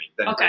Okay